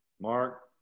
Mark